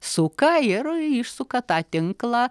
suka ir išsuka tą tinklą